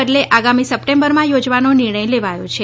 બદલે આગામી સપ્ટેમ્બરમાં યોજવાનો નિર્ણય લેવાયો છે